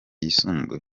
yisumbuye